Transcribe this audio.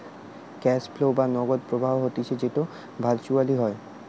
cash flow বা নগদ প্রবাহ হতিছে যেটো ভার্চুয়ালি হয়